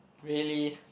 really